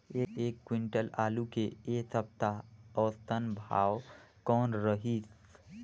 एक क्विंटल आलू के ऐ सप्ता औसतन भाव कौन रहिस?